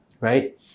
right